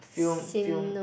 film film